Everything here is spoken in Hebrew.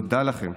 תודה לכם,